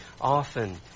often